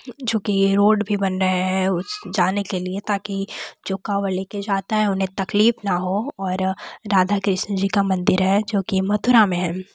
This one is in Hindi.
जो कि रोड भी बन रहें हैं जाने के लिए ताकि जो कावड़ लेकर जाता है उन्हें तकलीफ़ ना हो और राधा कृष्ण जी का मंदिर है जो की मथुरा में है